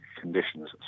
conditions